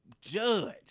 judge